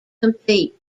compete